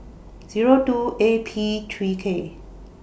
Zero two A P three K